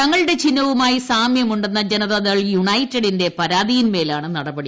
തങ്ങളുടെ ചിഹ്നവുമായി സാമ്യമുണ്ടെന്ന ജനതാദൾ യുണൈറ്റഡിന്റെ പരാതിയിൻമേലാണ് നടപടി